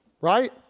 Right